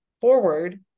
forward